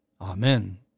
Amen